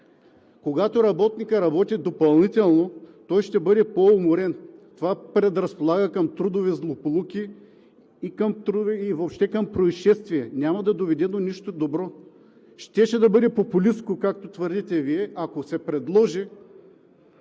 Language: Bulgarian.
Когато работникът работи допълнително, той ще бъде по-уморен. Това предразполага към трудови злополуки и въобще към произшествия. Няма да доведе до нищо добро. Щеше да бъде популистко, както твърдите Вие, ако се предложи